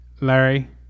Larry